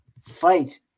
fight